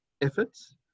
efforts